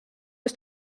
was